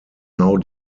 now